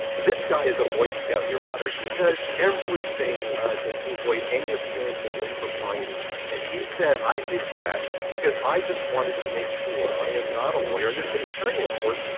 this guy is a boy scout, your honor. he does everything to avoid any appearance of impropriety. and he said i did that because i just wanted to make sure i am not a lawyer. and the city attorney, of course,